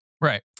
Right